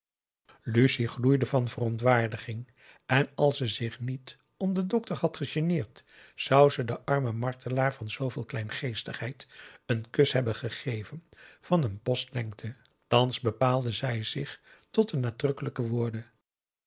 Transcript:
lucie gloeide van verontwaardiging en als ze zich niet om den dokter had gegeneerd zou ze den armen martelaar van zooveel kleingeestigheid een kus hebben gegeven van een post lengte thans bepaalde zij zich tot de nadrukkelijke woorden